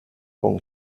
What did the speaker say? con